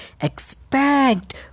Expect